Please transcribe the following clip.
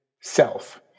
self